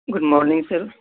good morning sir